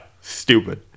Stupid